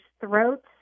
throats